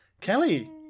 kelly